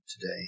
today